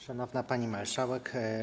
Szanowna Pani Marszałek!